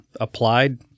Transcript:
applied